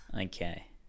Okay